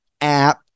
app